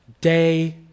day